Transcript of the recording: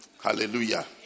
Hallelujah